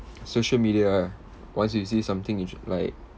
social media ah once you see something it's like